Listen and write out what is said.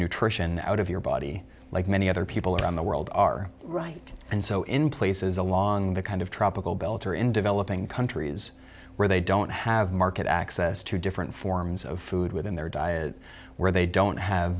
nutrition out of your body like many other people around the world are right and so in places along the kind of tropical beltre in developing countries where they don't have market access to different forms of food within their diet where they don't have